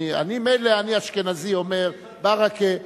אני, מילא אני אשכנזי, אומר ברכֵה.